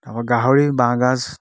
আকৌ গাহৰি বাঁহগাজ